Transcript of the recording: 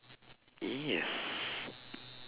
yes